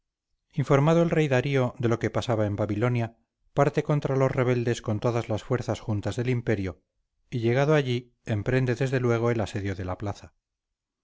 informado el rey darío de lo que pasaba en babilonia parte contra los rebeldes con todas las fuerzas juntas del imperio y llegado allí emprende desde luego el asedio de la plaza